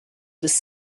was